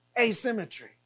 Asymmetry